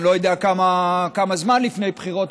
אני לא יודע כמה זמן לפני בחירות,